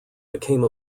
became